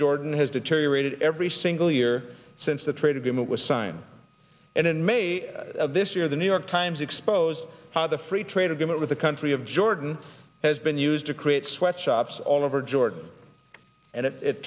jordan has deteriorated every single year since the trade agreement was signed and in may of this year the new york times exposed how the free trade agreement with the country of jordan has been used to create sweatshops all over jordan and it